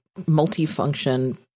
multifunction